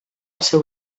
seu